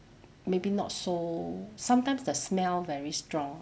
maybe not so sometimes the smell very strong